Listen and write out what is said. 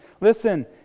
listen